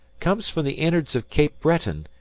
comes from the innards of cape breton,